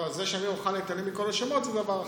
זה שאמיר אוחנה התעלם מכל השמות זה דבר אחר.